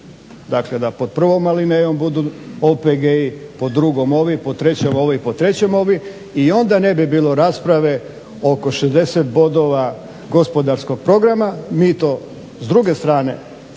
Dakle, da pod provom alinejom budu OPG-i, pod drugom ovi, pod trećem ovi i onda ne bi bilo rasprave oko 60 bodova gospodarskog programa. Mi to s druge strane,